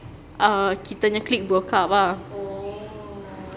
uh kitanya clique broke up ah